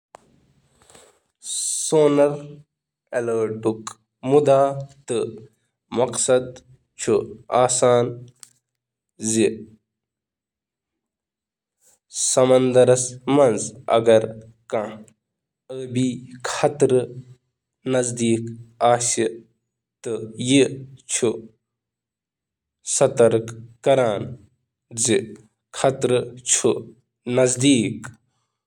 sonar الرٹُک مقصد یُس سمندرَس منٛز کانٛہہ خطرٕ آسنہٕ کِنۍ الرٹ چھُ کران